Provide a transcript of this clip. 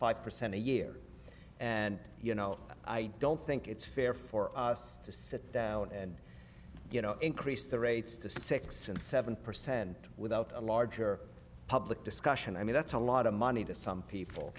five percent a year and you know i don't think it's fair for us to sit down and you know increase the rates to six and seven percent without a larger public discussion i mean that's a lot of money to some people